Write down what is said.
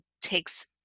takes